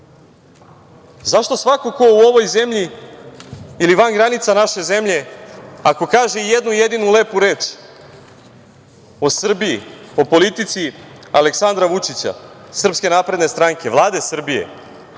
Zašto svako ko u ovoj zemlji ili van granica naše zemlje ako kaže i jednu jedinu lepu reč o Srbiji, o politici Aleksanra Vučića, SNS, Vlade Srbije,